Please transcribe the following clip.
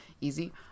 easy